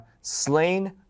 slain